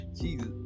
Jesus